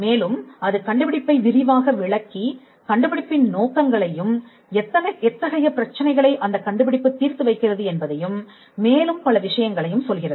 மேலும் அது கண்டுபிடிப்பை விரிவாக விளக்கி கண்டுபிடிப்பின் நோக்கங்களையும் எத்தகைய பிரச்சினைகளை அந்தக் கண்டுபிடிப்பு தீர்த்து வைக்கிறது என்பதையும் மேலும் பல விஷயங்களையும் சொல்கிறது